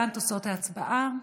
להלן תוצאות ההצבעה: